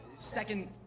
second